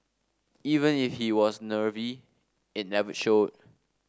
even if he was nervy it never showed